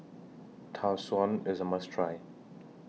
Tau Suan IS A must Try